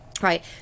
right